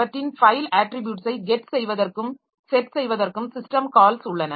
அவற்றின் ஃபைல் அட்ரிப்யூட்ஸை get செய்வதற்கும் set செய்வதற்கும் சிஸ்டம் கால்ஸ் உள்ளன